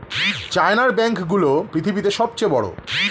চায়নার ব্যাঙ্ক গুলো পৃথিবীতে সব চেয়ে বড়